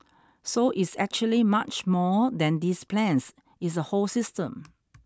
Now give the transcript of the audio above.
so it's actually much more than these plans it's a whole system